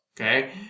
okay